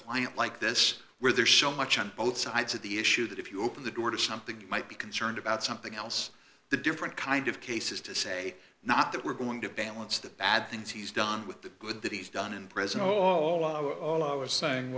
client like this where there's so much on both sides of the issue that if you open the door to something you might be concerned about something else the different kind of cases to say not that we're going to balance the bad things he's done with the good that he's done in prison all our all our saying